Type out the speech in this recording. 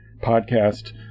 podcast